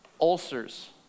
Ulcers